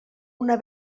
una